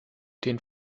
den